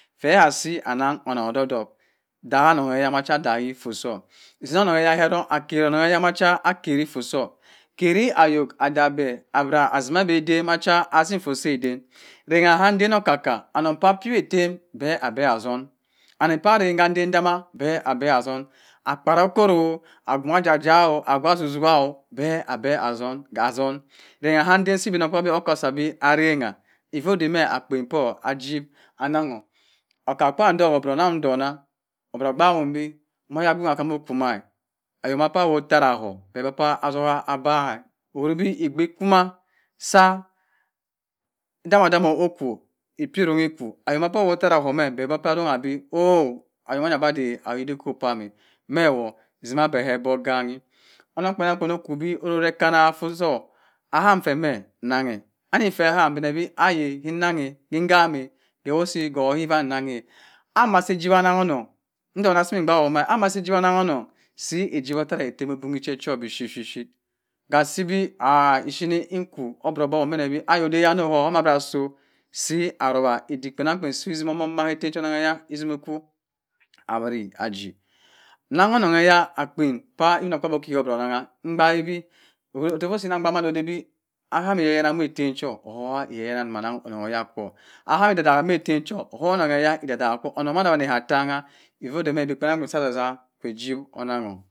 . Feh hah asi anung onung odok odok dahahem eha cha adaghe efforr soh finoh etom akeri oneng eya ma cha okeri efforr soh keri ayok adabhe abura atima beh eden macha asi eforr so eden rengha hah nden oko-kka anun pah pewi etem peh abeh kah atwen ani pah areh ma ndun atimah. beh abeh hatwen akparo okoro agwungha ajajo agwu atwuk twah beh abeh atwen rengha nden si obinokpabi okoh osabeh arengha efforr odemeh akpen poh ijip anungho oka-kwam doh oburo ananghem ntonna oboro ogbahem bi moh oyagbin nwa kwa moh ukwu mah ayoma bah woh oteraho pah atogha abangha oheribe ogbe-o- kwuma sah dama dama okwu epironghe ekwo ayok pah awoh oteraho heh. abeh bah pah arongha bi oh oyomanya adey ayok dikop pam eh meyo tsima beh heh ebok ganhi onung kpenang kpen ukwu ubi orere ekana offorr soh ahamfeh meh nenghe anyi feh aham benebi ayi inenghe keh nhammeh keh wu usi heh meh kan nanghe ame asi ejibah oneng onen ntuna sini gbaak omah ame mma asi ijibah anang oneng si ejiwa otereh etem che cho bi shi ship ship kasi bi ah osheni nkwu obaro obok obene bi ayo odeyan hoɧ obora aso si arawah edick epenah pen sisim omo mma heh etem cho enya etimi ekwu ewere aji nungho oneng eya akpen pah obinokpabi kebeh onungba mbahebi otofoh osi nah gbaak mah ode ni ahawi waneh heh etem cho ohoha iyaha hoyakwo ahami ididagha meh etem cho ihoha enenye idadaha kwo anung abah mabeh hatenghe aforr odey beh evi kpenang kpen sasah ijip onungho